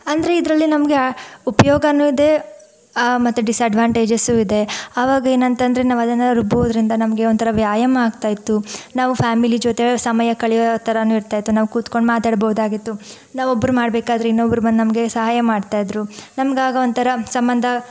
ಅಂದರೆ ಇದರಲ್ಲಿ ನಮಗೆ ಉಪಯೋಗನೂ ಇದೆ ಮತ್ತು ಡಿಸ್ಅಡ್ವಾಂಟೇಜಸ್ಸೂ ಇದೆ ಆವಾಗ ಏನಂತಂದರೆ ನಾವದನ್ನು ರುಬ್ಬೋದ್ರಿಂದ ನಮಗೆ ಒಂಥರ ವ್ಯಾಯಾಮ ಆಗ್ತಾ ಇತ್ತು ನಾವು ಫ್ಯಾಮಿಲಿ ಜೊತೆ ಸಮಯ ಕಳೆಯೋ ಥರಾನು ಇರ್ತಾ ಇತ್ತು ನಾವು ಕೂತ್ಕೊಂಡು ಮಾತಾಡ್ಬೌದಾಗಿತ್ತು ನಾವೊಬ್ಬರು ಮಾಡಬೇಕಾದ್ರೆ ಇನ್ನೊಬ್ಬರು ಬಂದು ನಮಗೆ ಸಹಾಯ ಮಾಡ್ತಾ ಇದ್ದರು ನಮಗಾಗ ಒಂಥರ ಸಂಬಂಧ